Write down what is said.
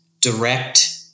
direct